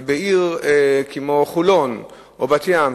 ובעיר כמו חולון או כמו בת-ים,